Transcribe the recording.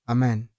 Amen